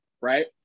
right